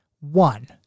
One